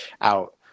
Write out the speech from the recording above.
out